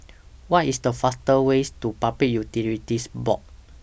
What IS The faster ways to Public Utilities Board